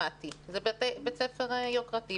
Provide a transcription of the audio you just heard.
בית הספר של הילדים שלי,